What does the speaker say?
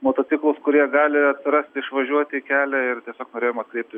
motociklus kurie gali atsirasti išvažiuoti į kelią ir tiesiog norėjom atkreipti